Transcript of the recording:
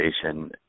station